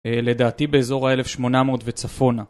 לדעתי באזור ה-1800 וצפונה